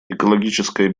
экологическая